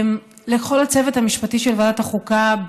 לכל הצוות המשפטי של ועדת החוקה,